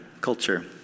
culture